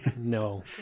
No